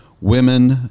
women